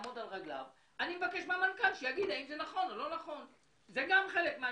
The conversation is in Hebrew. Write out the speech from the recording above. הוא כבר עומד על 40%. גם דני טל חשש מהעניין הזה,